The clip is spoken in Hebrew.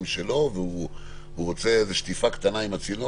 שלו והוא רוצה איזה שטיפה קטנה עם הצינור,